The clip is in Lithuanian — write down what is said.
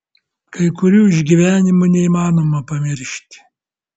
kai kurių išgyvenimų neįmanoma pamiršti